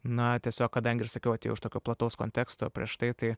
na tiesiog kadangi ir sakiau atėjau iš tokio plataus konteksto prieš tai tai